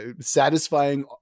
satisfying